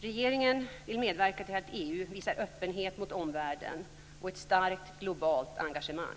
Regeringen vill medverka till att EU visar öppenhet mot omvärlden och ett starkt globalt engagemang.